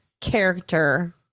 character